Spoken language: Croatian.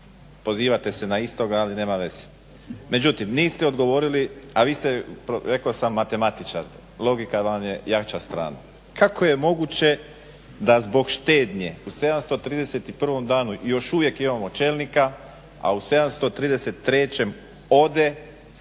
pozivate se na istoga, ali nema veze. Međutim niste odgovorili, a vi ste rekao sam matematičar, logika vam je jača strana. Kako je moguće da zbog štednje u 731. danu, i još uvijek imamo čelnika, a u 733. ode,